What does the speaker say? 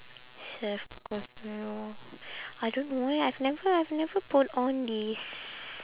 self conf~ I don't know eh I've never I've never put on this